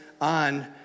on